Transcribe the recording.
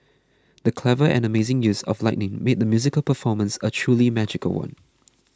the clever and amazing use of lighting made the musical performance a truly magical one